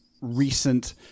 recent